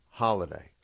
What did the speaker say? holiday